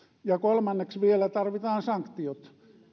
ja kolmanneksi vielä tarvitaan sanktiot